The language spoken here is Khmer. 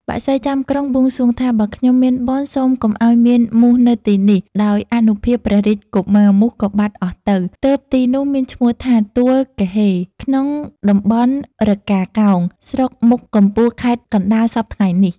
បក្សីចាំក្រុងបួងសួងថា "បើខ្ញុំ មានបុណ្យ សូមកុំឲ្យមានមូសនៅទីនេះ" ដោយអនុភាពព្រះរាជកុមារ មូសក៏បាត់អស់ទៅ ទើបទីនោះមានឈ្មោះថា "ទួលគហ៊េ" ក្នុងតំបន់រកាកោង ស្រុកមុខកំពូលខេត្តកណ្តាលសព្វថៃ្ងនេះ។